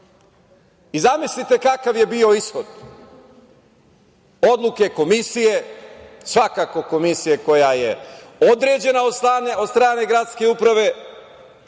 I zamislite kakav je bio ishod odluke komisije koja je određena od strane gradske uprave?